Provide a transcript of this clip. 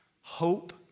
Hope